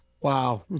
Wow